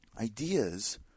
Ideas